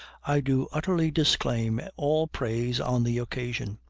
i do utterly disclaim all praise on the occasion.